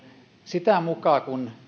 sitä mukaa kun